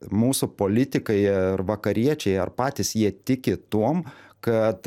mūsų politikai ir vakariečiai ar patys jie tiki tuom kad